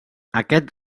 aquest